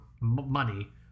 money